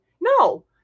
No